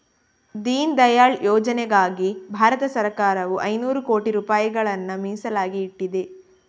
ದೀನ್ ದಯಾಳ್ ಯೋಜನೆಗಾಗಿ ಭಾರತ ಸರಕಾರವು ಐನೂರು ಕೋಟಿ ರೂಪಾಯಿಗಳನ್ನ ಮೀಸಲಾಗಿ ಇಟ್ಟಿದೆ